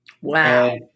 Wow